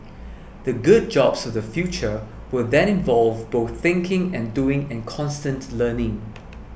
the good jobs of the future will then involve both thinking and doing and constant learning